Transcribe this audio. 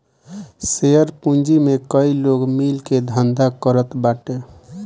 share पूंजी में कई लोग मिल के धंधा करत बाटे